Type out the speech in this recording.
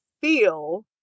feel